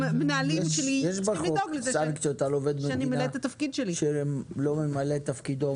יש בחוק סנקציות על עובד מדינה שלא ממלא את תפקידו,